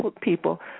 people